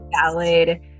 valid